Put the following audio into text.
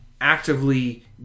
actively